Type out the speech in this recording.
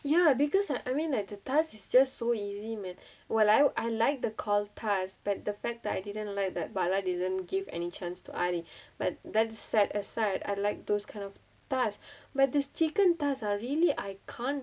ya because I I mean like the task is just so easy man well I I like the call task but the fact that I didn't like that bala didn't give any chance to ali but that set aside I like those kind of task but this chicken task are really I can't